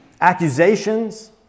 accusations